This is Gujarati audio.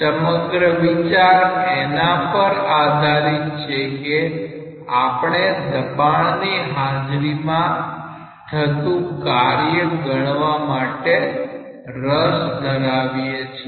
સમગ્ર વિચાર એના પર આધારિત છે કે આપણે દબાણ ની હાજરીમાં થતું કાર્ય ગણવા માટે રસ ધરાવીએ છીએ